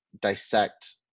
dissect